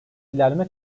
ilerleme